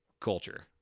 culture